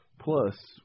Plus